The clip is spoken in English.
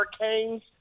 hurricanes